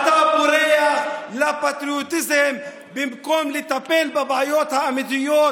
אתה בורח לפטריוטיזם במקום לטפל בבעיות האמיתיות